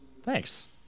Thanks